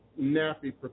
nappy